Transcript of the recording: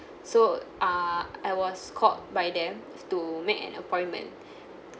so err I was called by them to make an appointment